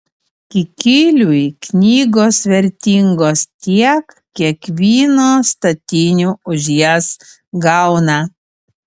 kikiliui knygos vertingos tiek kiek vyno statinių už jas gauna